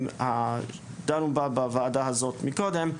דנו בוועדה הזאת מקודם,